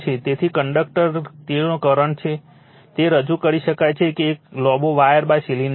તેથી કંડક્ટર તેઓ કંડક્ટર છે તે રજૂ કરી શકાય છે જે એક લાંબો વાયર સિલિન્ડર છે